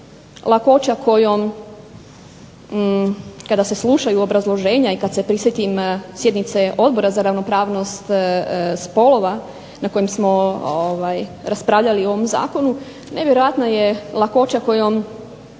lakoća kojom, kada se slušaju obrazloženja i kad se prisjetim sjednice Odbora za ravnopravnost spolova na kojim smo raspravljali o ovom zakonu, nevjerojatna je lakoća kojom